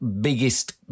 biggest